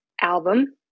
album